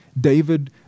David